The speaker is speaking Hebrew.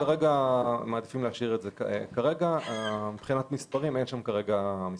כרגע אין שם מספרים.